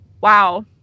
wow